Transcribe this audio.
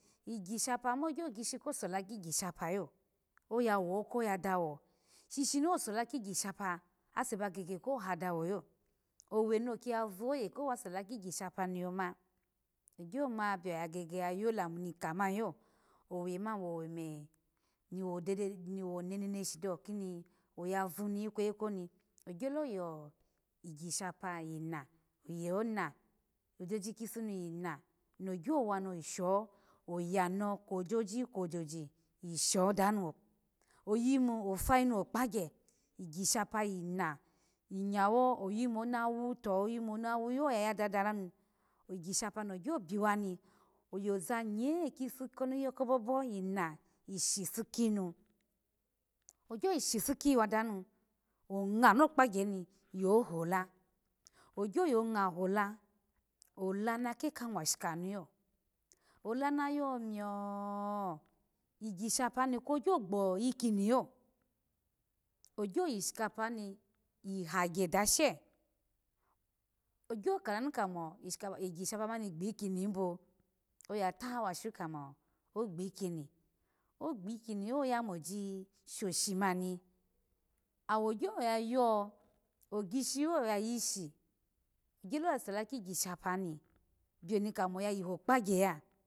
Iegishapa yo ma ogyo gishi ko sola kigishapa yo aya yoko ya dawo shini osola gishapa ase ba geye ko ha dawo yo owe ni oki ya vooye ko ki wa sola ki gishapa niyoma ogyo ma biyo ya gege ya yo lamu ni ka maniyo owe mani wodede ni ka maniyo owe mani wodede ni wo neneshi dawo kini ogye lo yo gishape yina ojiji kipu yina no gyo wa ni oyi sho oya ni kojoji kojoji yi sho danu oyi mu ofayimu okpangye yigishapa yina inga wo oyimu onawu to onawu ayo ya dudu nu igishapa nogyo biyanu oya za nye kii yo kobobo yinu shipu kinu ogyo yi shipu kiyiwa danu ongmanu okpangye nu yo hola ogyo yo ngma hola ola na ke ka mwashika nu ola na yo miyo igishapa kwo gyo ikiniyo ogyo yi gishapa ni hagye dose ogyo ka danu kamo ishakapa igishapa mani kpikimi ibo oya tawashu kamo ogbikini ogbikini yo oya moji shoshi mamii awo gyo yayo oyishi yo ayo yishi ogyolo ya sola kigishapa oni biyo ni mo oya yiho kpagye la